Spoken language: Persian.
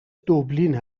دوبلین